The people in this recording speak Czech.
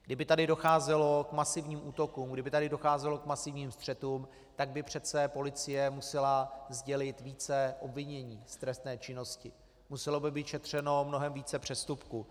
Kdyby tady docházelo k masivním útokům, kdyby tady docházelo k masivním střetům, tak by přece policie musela sdělit více obvinění z trestné činnosti, muselo by být šetřeno mnohem více přestupků.